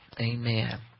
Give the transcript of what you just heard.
Amen